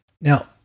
Now